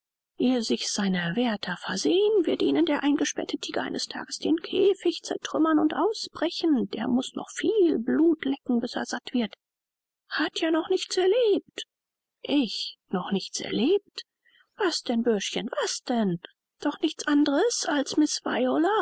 ehe sich's seine wärter versehen wird ihnen der eingesperrte tiger eines tages den käfich zertrümmern und ausbrechen der muß noch viel blut lecken bis er satt wird hat ja noch nichts erlebt ich noch nichts erlebt was denn bürschchen was denn doch nichts anderes als miß